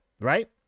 right